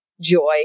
joy